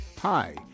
Hi